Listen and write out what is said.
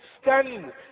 stand